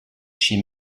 chez